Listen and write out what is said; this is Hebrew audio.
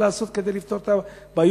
מה לעשות כדי לפתור את הבעיות.